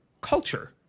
culture –